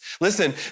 Listen